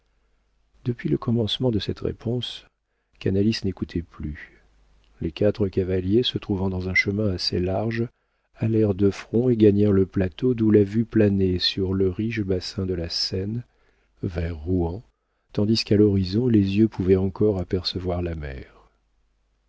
depuis le commencement de cette réponse canalis n'écoutait plus les quatre cavaliers se trouvant dans un chemin assez large allèrent de front et gagnèrent le plateau d'où la vue planait sur le riche bassin de la seine vers rouen tandis qu'à l'autre horizon les yeux pouvaient encore apercevoir la mer